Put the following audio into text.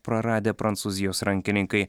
praradę prancūzijos rankininkai